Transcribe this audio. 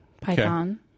python